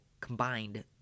combined